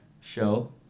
show